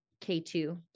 K2